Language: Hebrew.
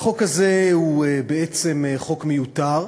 החוק הזה הוא בעצם חוק מיותר,